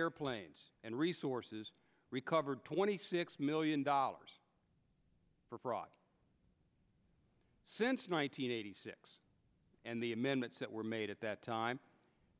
airplanes and resources recovered twenty six million dollars for fraud since one nine hundred eighty six and the amendments that were made at that time